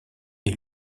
est